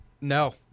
no